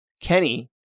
Kenny